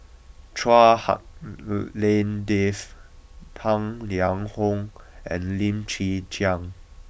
Chua Hak Lien Dave Tang Liang Hong and Lim Chwee Chian